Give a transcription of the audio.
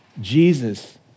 Jesus